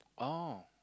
oh